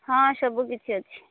ହଁ ସବୁ କିଛି ଅଛି